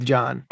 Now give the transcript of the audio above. John